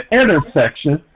intersection